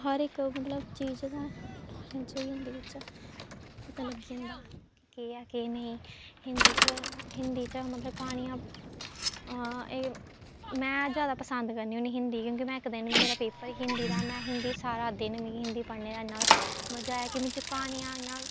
हर इक मतलब चीज ना समझोई जंदी बिच्च पता लग्गी जंदा कि केह् ऐ केह् नेईं हिंदी च हिंदी च मतलब क्हानियां में जैदा पसंद करनी होन्नीं हिंदी क्योंकि में इक दिन मेरा पेपर हिंदी दा में हिंदी सारा दिन मिगी हिंदी पढ़ने इन्ना मजा आया कि बिच्च क्हानियां इ'यां